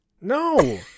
no